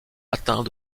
atteint